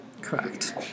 Correct